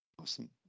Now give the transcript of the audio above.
Awesome